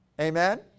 Amen